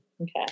Okay